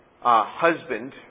husband